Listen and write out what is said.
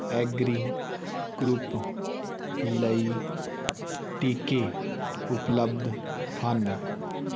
agri group ਲਈ ਟੀਕੇ ਉਪਲੱਬਧ ਹਨ